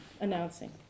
Announcing